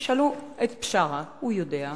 תשאלו את בשארה, הוא יודע.